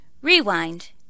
Rewind